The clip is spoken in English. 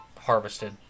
harvested